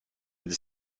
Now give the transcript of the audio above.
dix